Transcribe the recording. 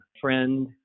friend